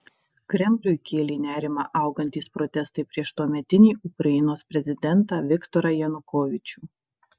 kremliui kėlė nerimą augantys protestai prieš tuometinį ukrainos prezidentą viktorą janukovyčių